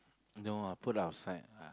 no I'll put outside